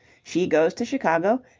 she goes to chicago,